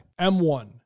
M1